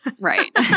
Right